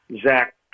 Zach